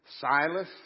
Silas